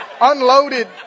unloaded